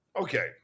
okay